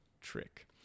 trick